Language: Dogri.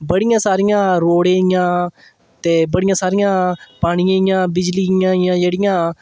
बड़ियां सारियां रोडें दियां ते बड़ियां सारियां पानियें दियां बिजली दियां होइयां जेह्ड़ियां